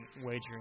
wagering